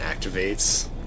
activates